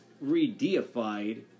re-deified